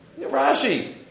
Rashi